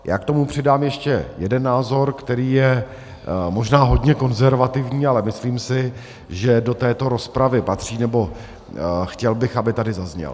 Já k tomu přidám ještě jeden názor, který je možná hodně konzervativní, ale myslím si, že do této rozpravy patří, nebo chtěl bych, aby tady zazněl.